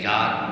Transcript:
God